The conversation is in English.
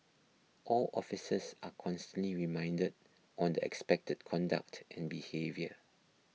all officers are constantly reminded on the expected conduct and behaviour